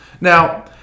Now